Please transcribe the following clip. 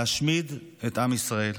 להשמיד את עם ישראל,